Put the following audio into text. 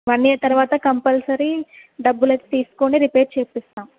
one year తరువాత compulsory డబ్బులు అయితే తీసుకొని రిపేర్ చేసిస్తాము